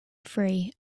free